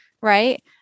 right